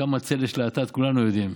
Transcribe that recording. כמה צל יש לאטד, כולנו יודעים.